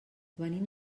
venim